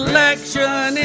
Election